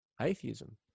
atheism